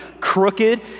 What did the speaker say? crooked